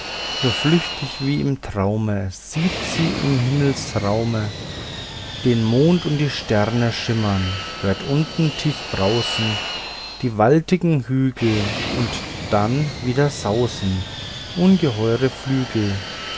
nur flüchtig wie im traume sieht sie im himmelsraume den mond und die sterne schimmern hört unten tief brausen die waltigen hügel und dann wieder sausen ungeheure flügel